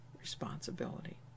responsibility